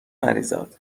مریزاد